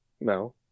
No